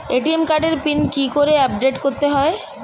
ATM কার্ডের pin কি করে আপডেট করতে হয়?